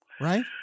Right